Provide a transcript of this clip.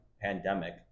pandemic